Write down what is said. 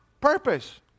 purpose